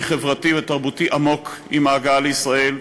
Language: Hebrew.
חברתי ותרבותי עמוק עם ההגעה לישראל,